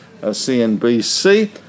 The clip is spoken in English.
CNBC